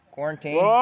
Quarantine